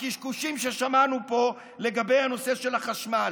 הקשקושים ששמענו פה לגבי הנושא של החשמל.